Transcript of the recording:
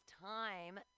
time